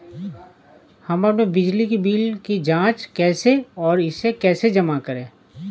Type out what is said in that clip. हम अपने बिजली बिल की जाँच कैसे और इसे कैसे जमा करें?